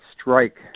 strike